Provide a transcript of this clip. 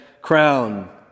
crown